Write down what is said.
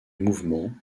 mouvement